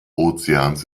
ozeans